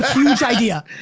huge idea.